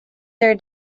their